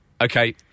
Okay